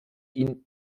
ihn